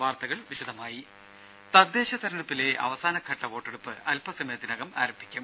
വാർത്തകൾ വിശദമായി തദ്ദേശ തെരഞ്ഞെടുപ്പിലെ അവസാന ഘട്ട വോട്ടെടുപ്പ് അൽപ്പ സമയത്തിനകം ആരംഭിക്കും